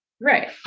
Right